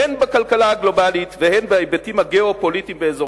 הן בכלכלה הגלובלית והן בהיבטים הגיאו-פוליטיים באזורכם.